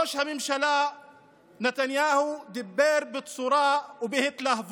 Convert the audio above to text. ראש הממשלה נתניהו דיבר בהתלהבות